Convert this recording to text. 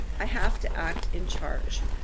i have to act in charge.